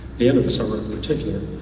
the end of the summer in particular.